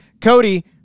Cody